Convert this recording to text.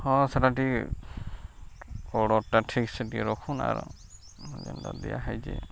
ହଁ ସେଟା ଟିକେ ଅର୍ଡ଼ର୍ଟା ଠିକ୍ସେ ଟିକେ ରଖୁନ୍ ଆଉ ଯେନ୍ତା ଦିଆ ହେଇଛେ